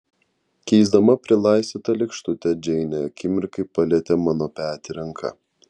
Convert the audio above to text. keisdama prilaistytą lėkštutę džeinė akimirkai palietė mano petį ranka